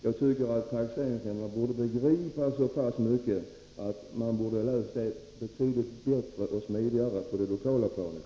Jag tycker att taxeringsnämnderna borde begripa så pass mycket att det hela kunde ha lösts betydligt bättre och smidigare på det lokala planet.